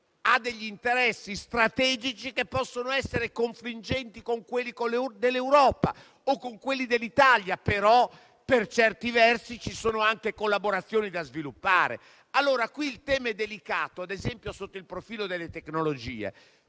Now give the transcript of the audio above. Cina e ha interessi strategici che possono essere confliggenti con quelli dell'Europa o con quelli dell'Italia, però per certi versi ci sono anche collaborazioni da sviluppare. Qui il tema è delicato, ad esempio sotto il profilo delle tecnologie,